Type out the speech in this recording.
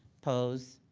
opposed?